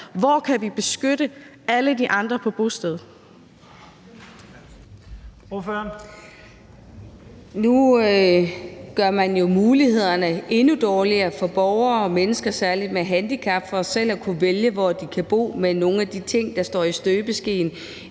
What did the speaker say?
Kl. 10:51 Charlotte Broman Mølbæk (SF): Nu gør man jo mulighederne endnu dårligere for borgere og mennesker og særlig med handicap for selv at kunne vælge, hvor de kan bo, med nogle af de ting, der er i støbeskeen